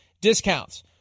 discounts